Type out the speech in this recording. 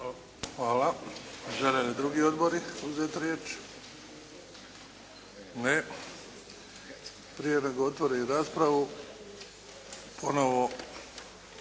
Hvala. Žele li drugi odbori uzeti riječ? Ne. Prije nego otvorim raspravu, ponovo